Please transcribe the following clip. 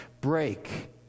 break